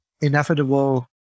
inevitable